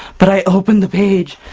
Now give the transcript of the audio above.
but i opened the page,